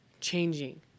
changing